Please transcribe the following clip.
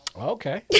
Okay